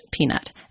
Peanut